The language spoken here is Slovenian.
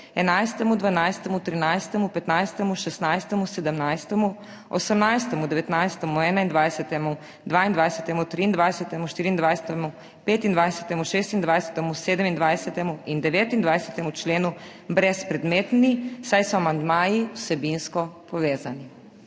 13., 15., 16., 17., 18., 19., 21., 22., 23., 24., 25., 26., 27. in 29. členu brezpredmetni, saj so amandmaji vsebinsko povezani.